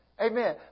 Amen